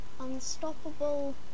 Unstoppable